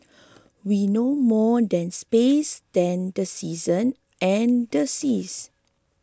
we know more than space than the season and the seas